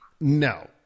No